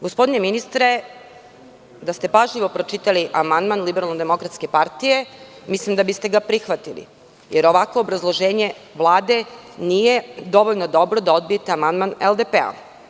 Gospodine ministre, da ste pažljivo pročitali amandman LDP mislim da biste ga prihvatili, jer ovakvo obrazloženje Vlade nije dovoljno dobro da odbijete amandman LDP.